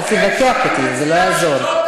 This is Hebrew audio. אל תתווכח אתי, זה לא יעזור.